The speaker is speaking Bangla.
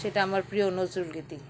সেটা আমার প্রিয় নজরুল গীতি